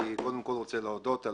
קודם כל אני רוצה להודות על